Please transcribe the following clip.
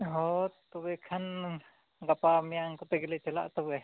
ᱦᱳᱭ ᱛᱚᱵᱮ ᱠᱷᱟᱱ ᱜᱟᱯᱟ ᱢᱮᱭᱟᱝ ᱠᱚᱛᱮ ᱜᱮᱞᱮ ᱪᱟᱞᱟᱜᱼᱟ ᱛᱚᱵᱮ